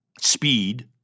speed